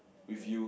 with you